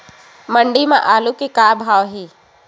मंडी म आलू के का भाव हे?